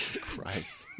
Christ